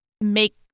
make